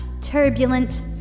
Turbulent